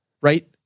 right